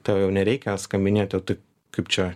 tau jau nereikia skambinėti tai kaip čia